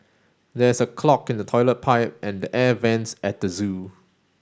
there is a clog in the toilet pipe and the air vents at the zoo